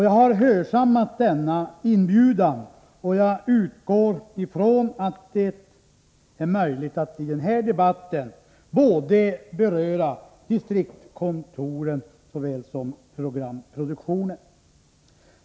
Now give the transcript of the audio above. Jag har hörsammat denna inbjudan, och jag utgår ifrån att det är möjligt att i den här debatten beröra både frågan om distriktskontoren och frågan om programproduktionen.